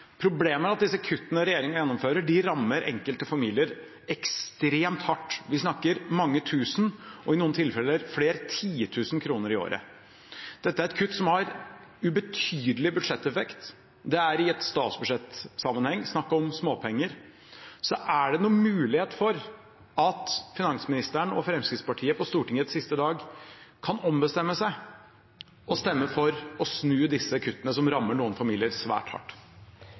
Problemet er at disse kuttene som regjeringen gjennomfører, rammer enkelte familier ekstremt hardt. Vi snakker om mange tusen – og i noen tilfeller flere titusener – kroner i året. Dette er et kutt som har ubetydelig budsjetteffekt – det er i statsbudsjettsammenheng snakk om småpenger. Så er det noen mulighet for at finansministeren og Fremskrittspartiet på Stortingets siste dag kan ombestemme seg og stemme for å snu disse kuttene, som rammer noen familier svært hardt?